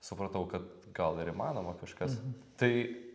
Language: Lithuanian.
supratau kad gal ir įmanoma kažkas tai